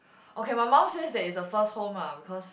okay my mum says that is a first home lah because